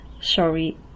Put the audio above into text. Sorry